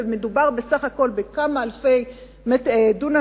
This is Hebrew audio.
ומדובר בסך הכול בכמה אלפי דונמים,